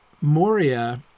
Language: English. Moria